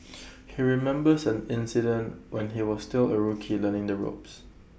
he remembers an incident when he was still A rookie learning the ropes